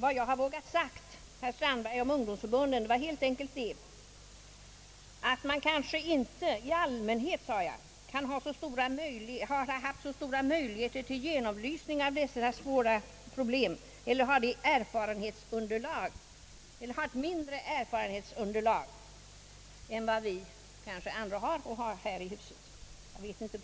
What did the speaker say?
Vad jag vågade säga om ungdomsförbunden var helt enkelt det att man kanske inte i allmänhet haft så stora möjligheter till genomlysning av dessa svåra problem eller haft mindre erfarenhetsunderlag än vad vi kanske ändå har här i huset. Att sånt